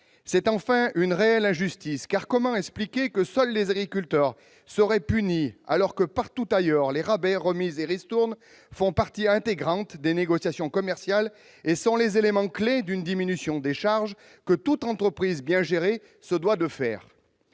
c'est une réelle injustice. Comment expliquer que seuls les agriculteurs seraient punis, alors que, partout ailleurs, les rabais, remises et ristournes font partie intégrante des négociations commerciales et sont les éléments clés d'une diminution des charges que toute entreprise bien gérée se doit de faire ?